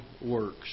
works